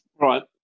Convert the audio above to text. Right